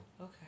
Okay